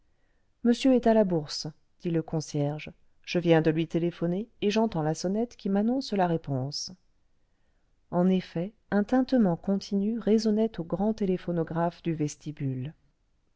monsieur est à la bourse dit le concierge je viens de lui téléphoner et j'entends la sonnette qui m'annonce la réponse en effet un tintement continu résonnait au grand téléphonographe du vestibule